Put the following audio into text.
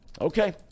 okay